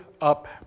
up